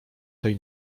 tej